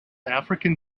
african